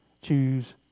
Choose